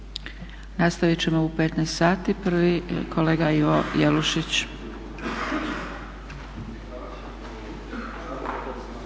Nastaviti ćemo u 15 sati, prvi kolega Ivo Jelušić.